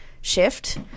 shift